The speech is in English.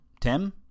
Tim